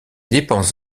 dépenses